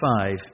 five